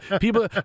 people